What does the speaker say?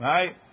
Right